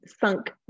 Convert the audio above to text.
sunk